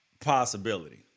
possibility